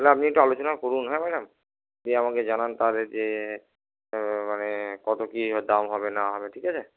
তাহলে আপনি একটু আলোচনা করুন হ্যাঁ ম্যাডাম দিয়ে আমাকে জানান তাহলে যে মানে কত কি দাম হবে না হবে ঠিক আছে